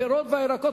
הפירות והירקות.